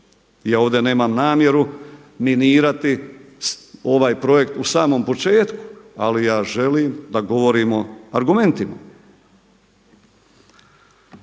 ja ovdje nemam namjeru minirati ovaj projekt u samom početku, ali ja želim da govorimo argumentima.